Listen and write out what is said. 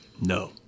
No